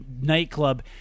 nightclub –